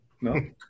no